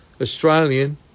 Australian